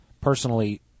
Personally